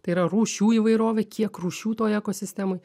tai yra rūšių įvairovė kiek rūšių toj ekosistemoj